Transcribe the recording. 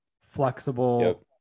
flexible